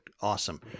Awesome